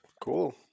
cool